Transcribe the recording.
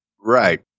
Right